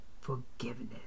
forgiveness